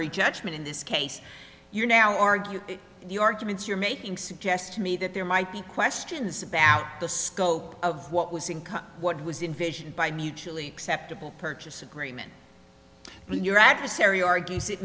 summary judgment in this case you now argue the arguments you're making suggest to me that there might be questions about the scope of what was income what was invision by mutually acceptable purchase agreement when your